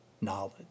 knowledge